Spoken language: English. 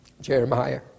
Jeremiah